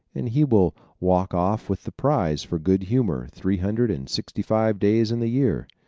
and he will walk off with the prize for good humor three hundred and sixty-five days in the year.